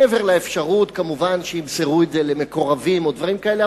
מעבר לאפשרות כמובן שימסרו את זה למקורבים או דברים כאלה,